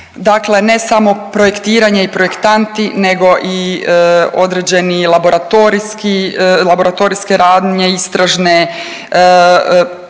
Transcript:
dakle ne samo projektiranje i projektanti nego i određeni laboratorijski, laboratorijske radnje, istražne, velik